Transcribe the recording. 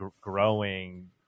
growing